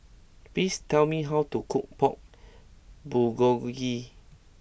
please tell me how to cook Pork Bulgogi